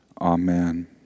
Amen